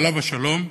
עליו השלום,